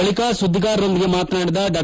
ಬಳಿಕ ಸುದ್ದಿಗಾರರೊಂದಿಗೆ ಮಾತನಾಡಿದ ಡಾ